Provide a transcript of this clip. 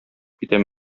китәм